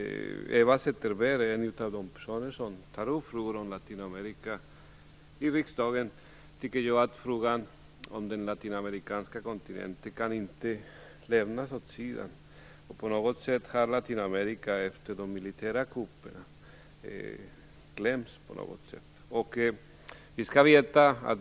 Eva Zetterberg är en av dem som tar upp frågor om Latinamerika i riksdagen. Jag tycker att den latinamerikanska kontinentens frågor inte får föras åt sidan. På något sätt har Latinamerika efter de militära kupperna blivit bortglömt.